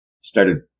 started